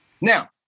Now